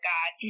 God